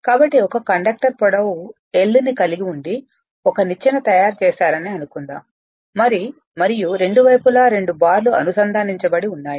కాబట్టి ఒక కండక్టర్ పొడవు l ని కలిగి ఉండి ఒక నిచ్చెన తయారు చేశారని అనుకుందాం మరియు రెండు వైపులా రెండు బార్లు అనుసంధానించబడి ఉన్నాయి